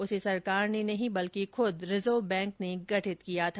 उसे सरकार ने नहीं बल्कि खुद रिजर्व बैंक ने गठित किया था